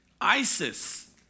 ISIS